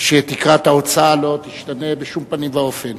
שתקרת ההוצאה לא תשתנה בשום פנים ואופן.